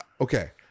okay